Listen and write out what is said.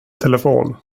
telefon